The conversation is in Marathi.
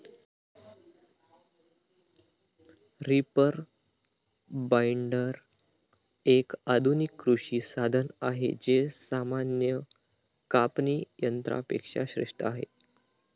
रीपर बाईंडर, एक आधुनिक कृषी साधन आहे जे सामान्य कापणी यंत्रा पेक्षा श्रेष्ठ आहे